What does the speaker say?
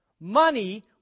Money